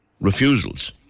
refusals